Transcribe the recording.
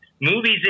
movies